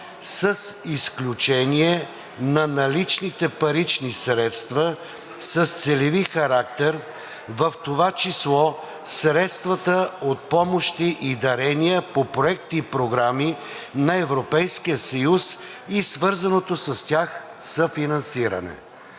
„с изключение на наличните парични средства с целеви характер, в това число средствата от помощи и дарения по проекти и програми на Европейския съюз и свързаното с тях съфинансиране“.